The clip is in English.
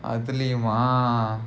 அதுலயும்:athulaiyum